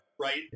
right